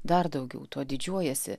dar daugiau tuo didžiuojasi